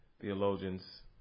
theologians